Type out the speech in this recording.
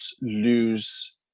lose